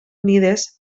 unides